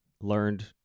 learned